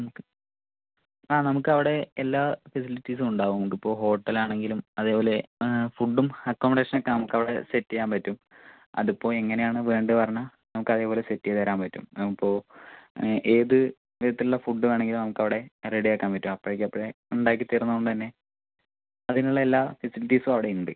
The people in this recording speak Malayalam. നമുക്ക് ആ നമുക്ക് അവിടെ എല്ലാ ഫെസിലിറ്റീസും ഉണ്ടാകും നമുക്ക് ഇപ്പോൾ ഹോട്ടൽ ആണെങ്കിലും അതേപോലെ ഫുഡും അക്കോമഡേഷൻ ഒക്കെ നമുക്ക് അവിടെ സെറ്റ് ചെയ്യാൻ പറ്റും അതിപ്പോൾ എങ്ങനെയാണ് വേണ്ടത് പറഞ്ഞാൽ നമുക്ക് അതേപോല സെറ്റ് ചെയ്തുതരാൻ പറ്റും ആ ഇപ്പോൾ ഏത് വിധത്തിലുള്ള ഫുഡ് വേണമെങ്കിലും നമുക്ക് അവിടെ റെഡി ആക്കാൻ പറ്റും അപ്പോഴേക്ക് അപ്പോഴേ ഉണ്ടാക്കി തരുന്നതു കൊണ്ട് തന്നെ അതിനുള്ള എല്ലാ ഫെസിലിറ്റീസും അവിടെ ഉണ്ട്